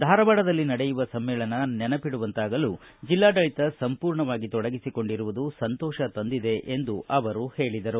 ಧಾರವಾಡದಲ್ಲಿ ನಡೆಯುವ ಸಮ್ಮೇಳನ ನೆನಪಿಡುವಂತಾಗಲು ಜಿಲ್ಲಾಡಳಿತ ಸಂಪೂರ್ಣವಾಗಿ ತೊಡಗಿಸಿಕೊಂಡಿರುವುದು ಸಂತೋಷ ತಂದಿದೆ ಎಂದು ಹೇಳಿದರು